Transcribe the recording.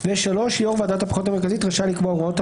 כן, זה רק לבחירות.